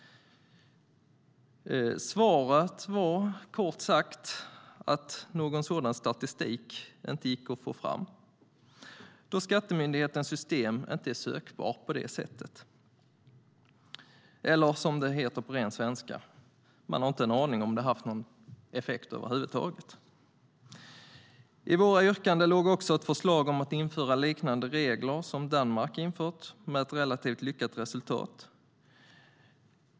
Svaret var, kort sagt, att någon sådan statistik inte gick att få fram eftersom skattemyndighetens system inte är sökbart på det sättet. På ren svenska: Man har inte en aning om det har haft någon effekt över huvud taget. I våra yrkanden låg också ett förslag om att införa liknande regler som Danmark infört med ett relativt lyckat resultat.